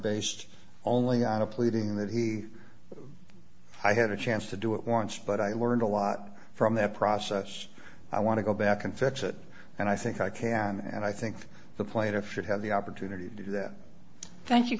based only on a pleading that he i had a chance to do it once but i learned a lot from that process i want to go back and fix it and i think i can and i think the plaintiff should have the opportunity to do that thank you